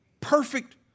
perfect